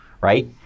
right